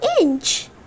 inch